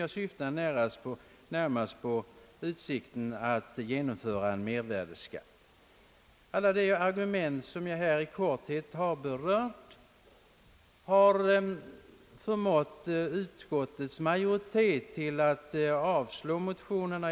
Jag syftar närmast på utsikten att genomföra en mervärdeskatt. Alla de argument jag här i korthet berört har förmått utskottet att avslå motionerna.